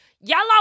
Yellow